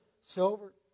silver